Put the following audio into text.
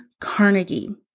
Carnegie